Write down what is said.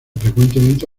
frecuentemente